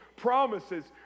promises